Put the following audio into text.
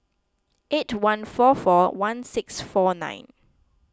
eight one four four one six four nine